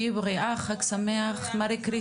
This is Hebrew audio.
שלום, תהיי בריאה, חג שמח, מרי קריסמס,